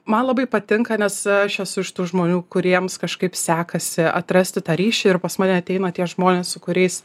man labai patinka nes aš esu iš tų žmonių kuriems kažkaip sekasi atrasti tą ryšį ir pas mane ateina tie žmonės su kuriais